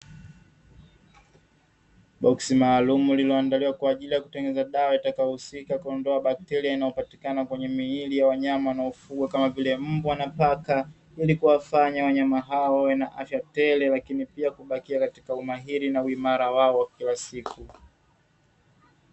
Boksi maalumu lililoandaliwa kwa ajili ya kutengeneza dawa itakayohusika kuondoa bakteria wanaopatikana kwenye miili ya wanyama wanaofugwa kama vile mbwa na paka, ili kuwafanya wanyama hao wawe na afya tele lakini pia kubakia katika umahiri na uimara wao wa kila siku.